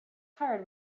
tired